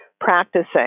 practicing